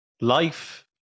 life